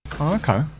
okay